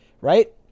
Right